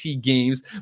games